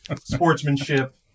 sportsmanship